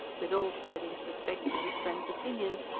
with all purdy's respect for his friend's opinions,